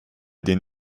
den